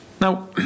Now